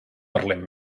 parlem